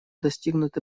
достигнут